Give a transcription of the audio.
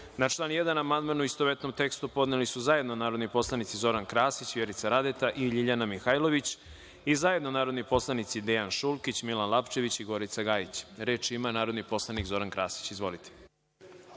član 1. amandman, u istovetnom tekstu, podneli su zajedno narodni poslanici Zoran Krasić, Vjerica Radeta i LJiljana Mihajlović i zajedno narodni poslanici Dejan Šulkić, Milan Lapčević i Gorica Gajić. Reč ima narodni poslanik Zoran Krasić. **Zoran